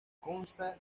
consta